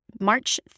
March